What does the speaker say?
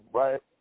right